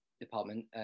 department